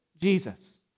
Jesus